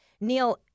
Neil